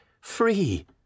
Free